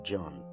John